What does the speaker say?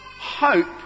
Hope